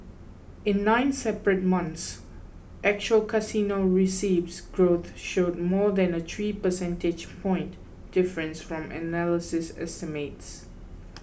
in nine separate months actual casino receipts growth showed more than a three percentage point difference from analyst estimates